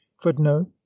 footnote